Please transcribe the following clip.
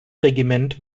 regiment